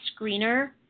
screener